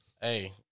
hey